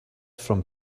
from